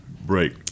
break